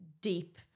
deep